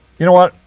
you know what?